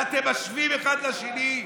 ואתם משווים אחד לשני.